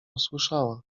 usłyszała